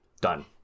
Done